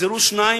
בשנת 2009